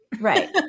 Right